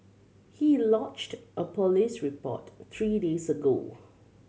he lodged a police report three days ago